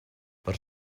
per